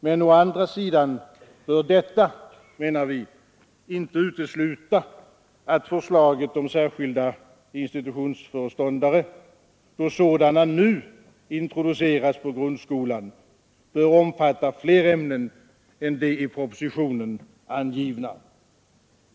Men å andra sidan bör detta, menar vi, inte utesluta att förslaget om särskilda institutionsföreståndare, då sådana nu introduceras i grundskolan, bör omfatta fler ämnen än de i propositionen angivna.